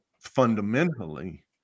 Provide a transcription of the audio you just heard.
fundamentally